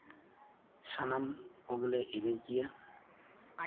ᱥᱟᱱᱟᱢ ᱠᱚᱜᱮᱞᱮ ᱮᱱᱮᱡ ᱜᱮᱭᱟ